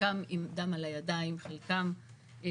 חלקם עם דם על הידיים, חלקם מסוכנים.